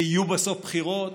ויהיו בסוף בחירות.